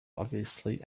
obviously